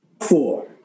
four